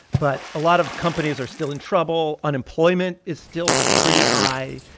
but a lot of companies are still in trouble. unemployment is still pretty high.